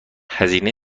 هزینه